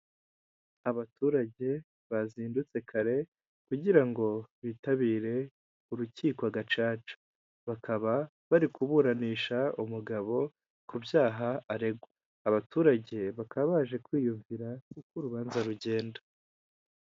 Inyubako nziza rwose igeretse rimwe ikodeshwa igihumbi magana arindwi y'idolari buri kwezi ikaba ari inyubako ifite ibyumba bitanu byo kuraramo, ndetse n'ubwogero butanu, rero ni inzu nziza cyane ushobora kuza ugakodesha hanyuma ukabaho neza, iherereye i Kigali kibagabaga.